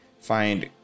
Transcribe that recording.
Find